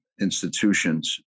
institutions